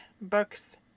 books